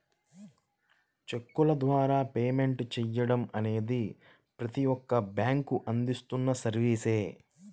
చెక్కుల ద్వారా పేమెంట్ చెయ్యడం అనేది ప్రతి ఒక్క బ్యేంకూ అందిస్తున్న సర్వీసే